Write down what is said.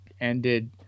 ended